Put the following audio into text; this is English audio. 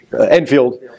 Enfield